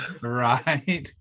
Right